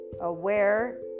aware